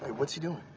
what's he doing?